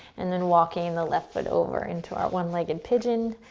and then walking the left foot over into our one legged pigeon.